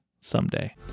someday